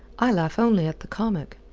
i laugh only at the comic,